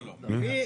לא, לא,